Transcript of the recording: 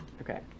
Okay